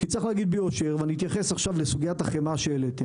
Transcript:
לגבי סוגיית החמאה,